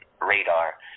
Radar